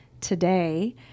today